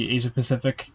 Asia-Pacific